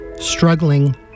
struggling